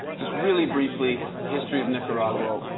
just really briefly, history of nicaragua.